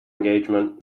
engagement